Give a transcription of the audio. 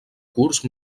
curs